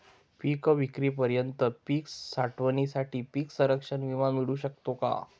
पिकविक्रीपर्यंत पीक साठवणीसाठी पीक संरक्षण विमा मिळू शकतो का?